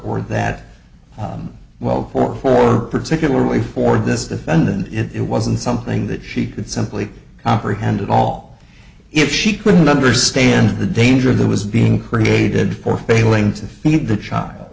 or that well or for particularly for this defendant it wasn't something that she could simply comprehend at all if she couldn't understand the danger that was being created for failing t